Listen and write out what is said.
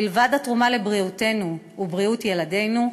מלבד תרומתה לבריאותנו ובריאות ילדינו,